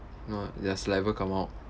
know their saliva come out